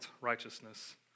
righteousness